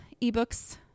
eBooks